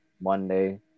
Monday